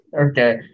okay